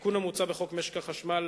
התיקון המוצע בחוק משק החשמל,